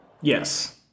yes